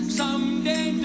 someday